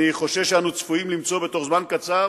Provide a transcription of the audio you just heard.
אני חושש שאנו צפויים למצוא בתוך זמן קצר